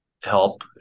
help